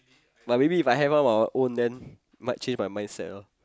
but maybe If I have one of my own then might change my mindset ah